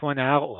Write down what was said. כמו נהרות אוהיו,